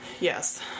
yes